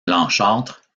blanchâtres